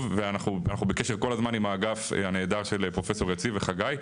ואנחנו בקשר כל הזמן עם האגף הנהדר של פרופסור יציב וחגי,